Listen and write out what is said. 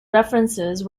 references